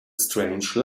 strange